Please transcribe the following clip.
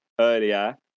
earlier